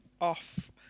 off